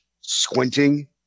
squinting